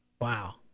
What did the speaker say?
Wow